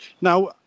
Now